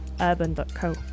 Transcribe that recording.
urban.co